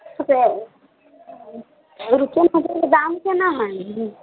दाम केना हय